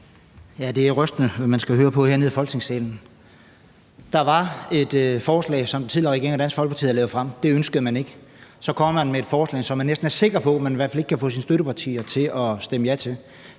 Det er rystende, hvad man skal høre på hernede i Folketingssalen. Der var et forslag, som den tidligere regering og Dansk Folkeparti havde lagt frem; det ønskede man ikke. Så kommer man med et forslag, som man næsten er sikker på man i hvert fald ikke kan få sine støttepartier til at stemme ja til,